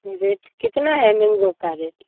rate कितना है mango का रेट